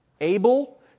Abel